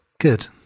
good